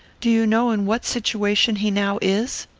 do you know in what situation he now is?